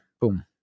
boom